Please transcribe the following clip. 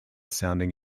sounding